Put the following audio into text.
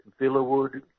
Villawood